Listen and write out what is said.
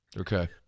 okay